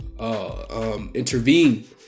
Intervene